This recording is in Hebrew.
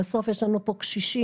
בסוף יש לנו פה קשישים,